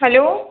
hello